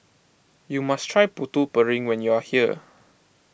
you must try Putu Piring when you are here